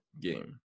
game